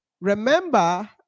remember